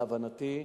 להבנתי,